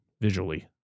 visually